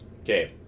Okay